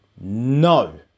No